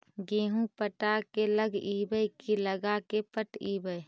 गेहूं पटा के लगइबै की लगा के पटइबै?